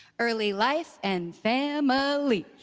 early life and family.